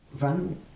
run